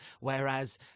Whereas